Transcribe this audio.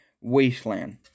wasteland